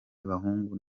bahungu